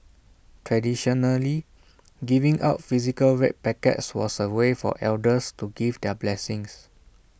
traditionally giving out physical red packets was A way for elders to give their blessings